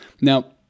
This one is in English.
Now